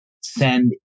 send